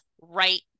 right